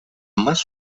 más